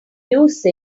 use